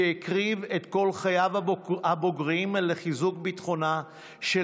שהקריב את כל חייו הבוגרים לחיזוק ביטחונה של